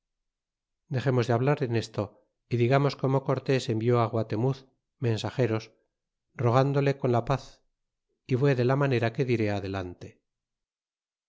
dexemos de hablar en esto y digamos como cortés envió á guatemuz mensageros rogándole con la paz y frió de la manera que diré adelante